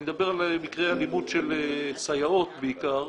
אני מדבר על מקרי אלימות של סייעות בעיקר